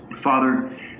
Father